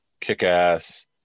kick-ass